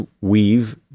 weave